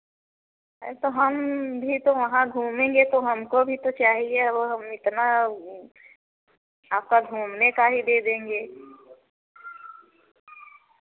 अरे तो हम भी तो वहाँ घूमेंगे तो हमको भी तो चाहिए तो वह हम इतना आपका घूमने का ही दे देंगे